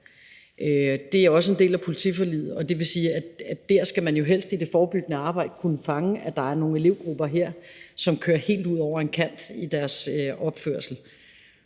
Det er også en del af politiforliget, og det vil sige, at der skal man jo helst i det forebyggende arbejde kunne fange, at der er nogle elevgrupper her, som kører helt ud over en kant i deres opførsel.